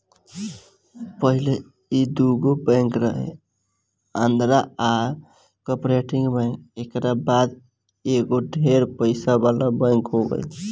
पहिले ई दुगो बैंक रहे आंध्रा आ कॉर्पोरेट बैंक एकरा बाद ई एगो ढेर पइसा वाला बैंक हो गईल